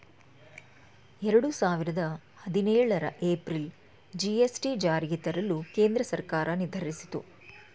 ಎರಡು ಸಾವಿರದ ಹದಿನೇಳರ ಏಪ್ರಿಲ್ ಜಿ.ಎಸ್.ಟಿ ಜಾರಿಗೆ ತರಲು ಕೇಂದ್ರ ಸರ್ಕಾರ ನಿರ್ಧರಿಸಿತು